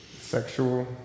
sexual